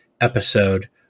episode